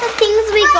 things we